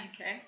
Okay